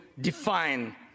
define